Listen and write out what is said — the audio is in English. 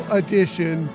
edition